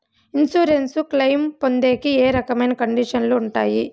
Insurance claim పొందేకి ఏ రకమైన కండిషన్లు ఉంటాయి?